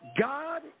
God